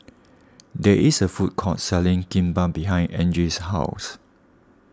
there is a food court selling Kimbap behind Angie's house